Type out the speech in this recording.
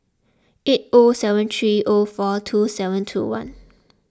eight O seven three O four two seven two one